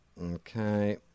Okay